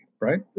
right